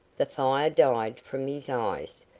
the fire died from his eyes,